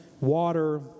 water